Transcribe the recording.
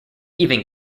even